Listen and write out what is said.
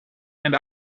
and